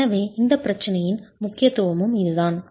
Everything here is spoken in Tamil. எனவே இந்தப் பிரச்சனையின் முக்கியத்துவமும் இதுதான்